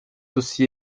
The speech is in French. aussi